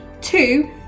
Two